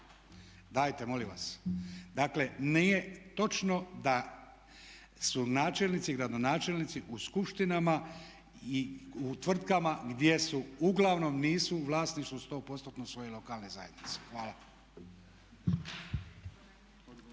Dajte, molim vas! Dakle, nije točno da su načelnici i gradonačelnici u skupštinama i u tvrtkama gdje uglavnom nisu u vlasništvu 100%-nom svoje lokalne zajednice. Hvala.